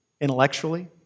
intellectually